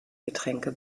getränke